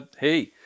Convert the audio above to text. hey